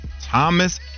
Thomas